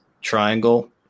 triangle